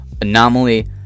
anomaly